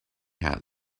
hat